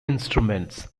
instruments